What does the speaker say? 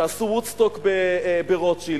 שעשו "וודסטוק" ברוטשילד,